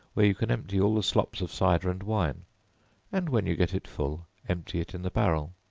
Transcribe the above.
where you can empty all the slops of cider and wine and when you get it full, empty it in the barrel.